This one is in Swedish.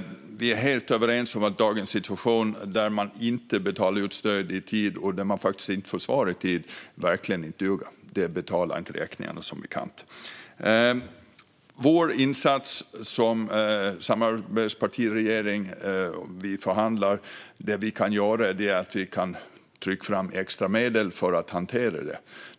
frågorna. Vi är helt överens om att dagens situation där stöd inte betalas ut i tid och där man inte får svar i tid verkligen inte duger. Det betalar inte räkningarna, som bekant. Vår insats som samarbetsparti till regeringen är att vi förhandlar. Det vi kan göra är att trycka fram extra medel för att hantera detta.